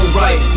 right